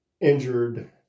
injured